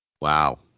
wow